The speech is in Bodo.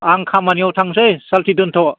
आं खामानियाव थांसै सालथे दोन्थ'